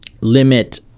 limit